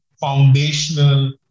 foundational